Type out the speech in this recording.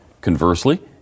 Conversely